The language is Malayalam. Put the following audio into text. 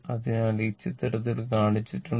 അതിനാൽ ഈ ചിത്രത്തിൽ കാണിച്ചിട്ടുണ്ട്